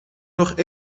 nog